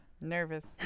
Nervous